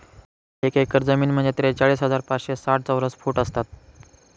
एक एकर जमीन म्हणजे त्रेचाळीस हजार पाचशे साठ चौरस फूट असतात